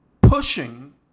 pushing